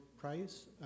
price